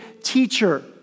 teacher